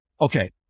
okay